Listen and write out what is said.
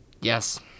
Yes